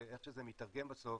לאיך שזה מיתרגם בסוף.